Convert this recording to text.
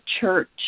church